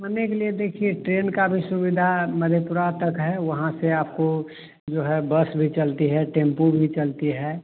मने के लिए देखिए ट्रेन का भी सुविधा मधेपुरा तक है वहाँ से आपको जो है बस भी चलती है टेम्पू भी चलती है